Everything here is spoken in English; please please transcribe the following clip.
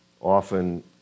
often